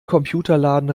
computerladen